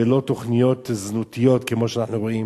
ולא תוכניות זנותיות כמו שאנחנו רואים,